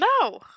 no